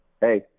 Hey